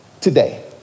today